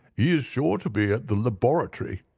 is sure to be at the laboratory,